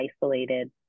isolated